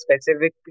specific